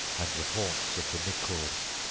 and the haunts of the nicors.